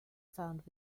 found